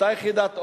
אותה יחידת "עוז"